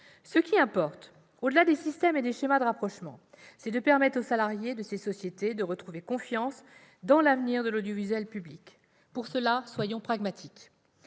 Ce qui importe- au-delà des systèmes et des schémas de rapprochement -, c'est de permettre aux salariés de ces sociétés de retrouver confiance dans l'avenir de l'audiovisuel public. Pour cela, soyons pragmatiques